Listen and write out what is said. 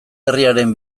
herriaren